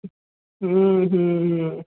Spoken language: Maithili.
हूँ हूँ हूँ